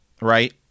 right